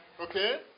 Okay